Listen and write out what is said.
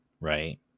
right